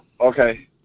Okay